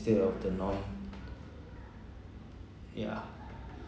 instead of the norm yeah